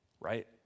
right